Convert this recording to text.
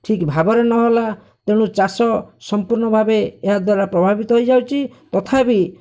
ଠିକ୍ ଭାବରେ ନହେଲା ତେଣୁ ଚାଷ ସମ୍ପୂର୍ଣ୍ଣ ଭାବେ ଏହାଦ୍ଵାରା ପ୍ରଭାବିତ ହୋଇଯାଉଛି ତଥାପି